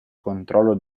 controllo